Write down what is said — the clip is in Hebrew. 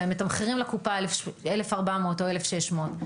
והם מתמחרים לקופה 1,400 או 1,600,